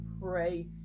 pray